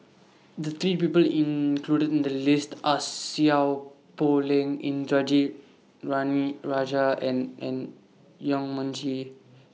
The three People included in The list Are Seow Poh Leng Indranee Rajah and N Yong Mun Chee